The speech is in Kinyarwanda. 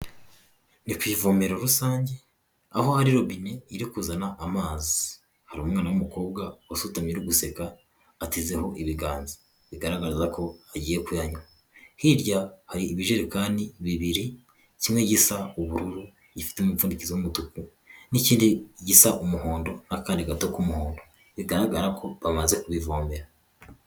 Ni ku ivomero rusange aho hari robine iri kuzana amazi, hari umwana w'umukobwa wasutamye uri guseka atezeho ibiganza, bigaragaza ko agiye kuyanywa. Hirya hari ibijerekani bibiri, kimwe gisa ubururu gifite umupfundikizo w'umutuku n'ikindi gisa umuhondo n'akandi gato k'umuhondo, bigaragara ko bamaze kubivomera.